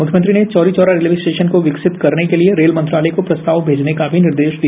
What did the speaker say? मुख्यमंत्री ने Chauri Chauri railway station को विकसित करने के लिए रेल मंत्रालय को प्रस्ताव मेजने का भी निर्देश दिया